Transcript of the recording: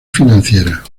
financiera